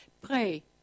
pray